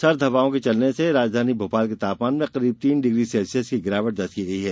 सर्द हवा के चलने से राजधानी भोपाल के तापमान में करीब तीन डिग्री सेल्सियस की गिरावट दर्ज की गई है